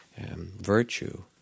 virtue